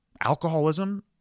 Alcoholism